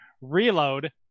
Reload